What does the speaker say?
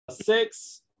Six